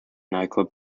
nightclub